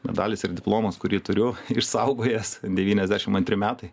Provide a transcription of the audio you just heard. medalis ir diplomas kurį turiu išsaugojęs devyniasdešmt antri metai